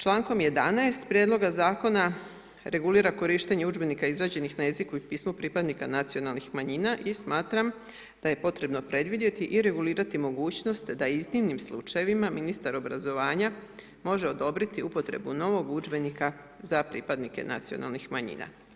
Člankom 11. prijedloga zakona regulira korištenje udžbenika izrađenih na jeziku i pismu pripadnika nacionalnih manjina i smatram da je potrebno predvidjeti i regulirati mogućnost da iznimnim slučajevima ministar obrazovanja može odobriti upotrebu novog udžbenika za pripadnike nacionalnih manjina.